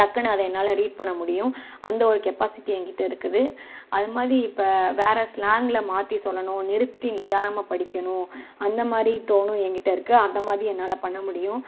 டக்குனு அதை என்னால் ரீட் பண்ணமுடியும் அந்த ஒரு கெப்பாசிட்டி எங்கிட்ட இருக்குது அதுமாதிரி இப்போ வேற ஸ்லாங்க்ல மாற்றி சொல்லணும் நிறுத்தி நிதானமாக படிக்கணும் அந்தமாதிரி டோனும் எங்கிட்ட இருக்குது அந்தமாதிரி என்னால் பண்ணமுடியும்